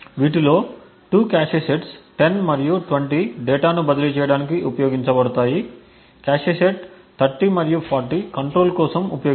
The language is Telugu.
వీటిలో 2 కాష్ సెట్లు 10 మరియు 20 డేటాను బదిలీ చేయడానికి ఉపయోగించబడతాయి కాష్ సెట్ 30 మరియు 40 కంట్రోల్ కోసం ఉపయోగించబడతాయి